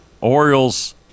Orioles